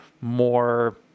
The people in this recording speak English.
more